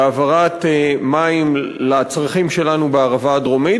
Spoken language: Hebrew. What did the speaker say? בהעברת מים לצרכים שלנו בערבה הדרומית,